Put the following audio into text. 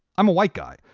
i'm a white guy.